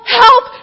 help